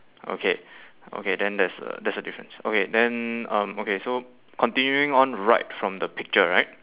okay okay then that's uh that's a difference okay then um okay so continuing on right from the picture right